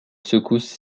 secousses